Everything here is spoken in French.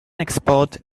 exporte